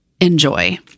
enjoy